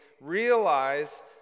realize